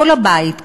כל הבית,